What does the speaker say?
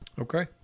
Okay